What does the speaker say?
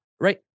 right